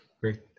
great